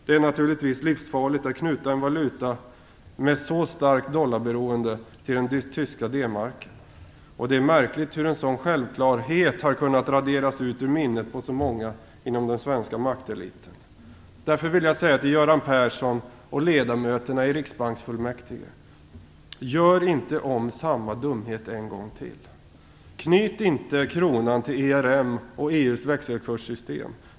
Det är naturligtvis livsfarligt att knyta en valuta med så starkt dollarberoende till den tyska D-marken. Det är märkligt hur en sådan självklarhet har kunnat raderas ut ur minnet på så många inom den svenska makteliten. Därför vill jag till Göran Persson och ledamöterna i riksbanksfullmäktige säga: Gör inte om samma dumhet en gång till. Knyt inte kronan till ERM och EU:s växelkurssystem.